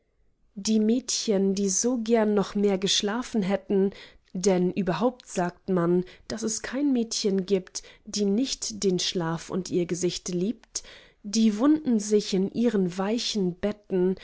die mädchen die so gern noch mehr geschlafen hätten denn überhaupt sagt man daß es kein mädchen gibt die nicht den schlaf und ihr gesichte liebt die wunden sich in ihren weichen betten